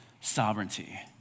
sovereignty